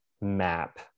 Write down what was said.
map